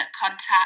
contact